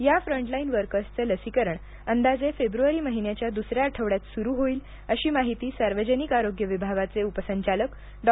या फ्रंटलाइन वर्कर्सचं लसीकरण अंदाजे फेब्रुवारी महिन्याच्या दुसऱ्या आठवड्यात सुरू होईल अशी माहिती सार्वजनिक आरोग्य विभागाचे उपसंचालक डॉ